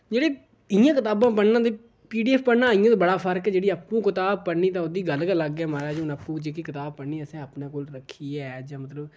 जेह्ड़ी इ'यां कताबां पढ़ना ते पी डी एफ पढ़ना इ'यां ते बड़ा फर्क जेह्ड़ी आपूं कताब पढ़नी ते ओह्दी गल्ल गै अलग ऐ महाराज हून आपूं जेह्की कताब पढ़नी ऐ असें अपने कोल रक्खियै जां मतलब